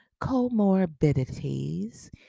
comorbidities